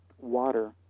water